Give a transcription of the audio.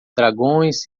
dragões